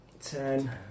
Ten